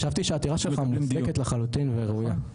חשבתי שהעתירה שלך מוצדקת לחלוטין וראויה.